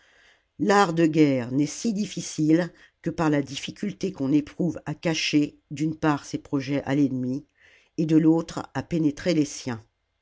l'art de guerre n'est si difficile que par la difficulté qu'on éprouve à cacher d'une part ses projets à l'ennemi et de l'autre à pénétrer les siens